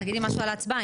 תגידי משהו על ההצבה,